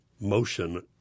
motion